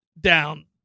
down